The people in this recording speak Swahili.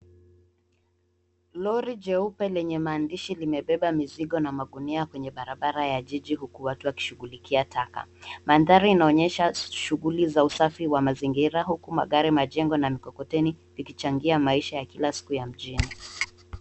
Lori jeupe lenye maandishi limebeba mizigo na magunia kwenye barabara ya jiji huku watu wakishughulikia taka. Mandhari inaonyesha shughuli za usafi wa mazingira huku magari, majengo na mkokoteni zikichangia maisha ya kila siku ya mjini.